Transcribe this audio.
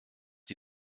die